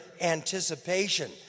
anticipation